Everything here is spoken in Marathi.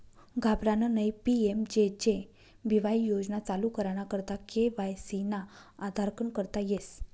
घाबरानं नयी पी.एम.जे.जे बीवाई योजना चालू कराना करता के.वाय.सी ना आधारकन करता येस